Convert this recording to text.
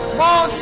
more